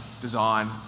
design